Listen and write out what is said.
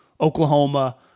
Oklahoma